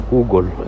Google